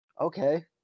Okay